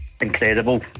incredible